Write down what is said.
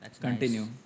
continue